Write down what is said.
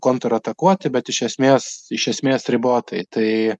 kontratakuoti bet iš esmės iš esmės ribotai tai